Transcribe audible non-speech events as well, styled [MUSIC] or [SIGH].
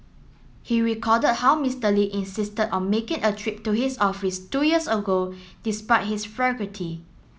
he recall [UNINTELLIGIBLE] how Mister Lee insisted on making a trip to his office two years ago despite his [UNINTELLIGIBLE]